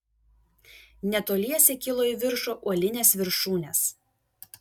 netoliese kilo į viršų uolinės viršūnės